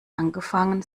angefangen